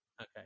Okay